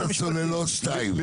פרשת הצוללות שתיים.